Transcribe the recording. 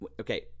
Okay